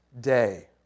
day